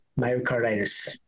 myocarditis